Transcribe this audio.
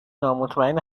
نامطمئن